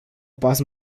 pas